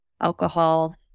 alcohol